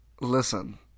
listen